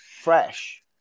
fresh